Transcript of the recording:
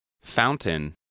Fountain